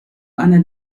einer